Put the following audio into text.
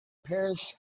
parish